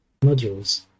modules